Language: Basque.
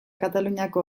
kataluniako